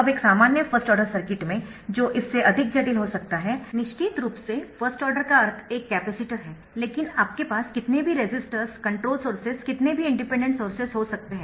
अब एक सामान्य फर्स्ट ऑर्डर सर्किट में जो इससे अधिक जटिल हो सकता है निश्चित रूप से फर्स्ट ऑर्डर का अर्थ एक कपैसिटर है लेकिन आपके पास कितने भी रेसिस्टर्स कंट्रोल्ड सोर्सेस कितने भी इंडिपेंडेंट सोर्सेस हो सकते है